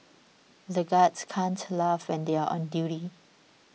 the guards can't laugh when they are on duty